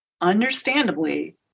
understandably